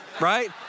right